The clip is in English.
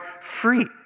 free